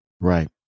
Right